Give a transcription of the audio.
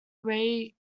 raged